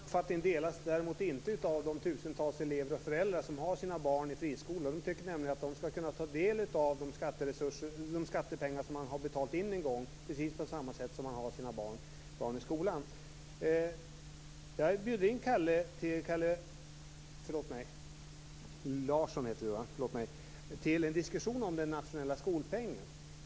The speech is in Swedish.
Fru talman! Den uppfattningen delas däremot inte av de tusentals elever och föräldrar som har sina barn i friskolor. De tycker att de skall kunna ta del av de skattepengar de har betalat in en gång, precis på samma sätt som man har sina barn i skolan. Jag bjuder in Kalle Larsson till en diskussion om den nationella skolpengen.